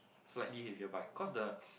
slightly heavier bike cause the